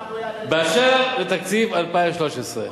באשר לתקציב 2013,